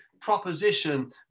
proposition